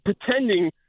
pretending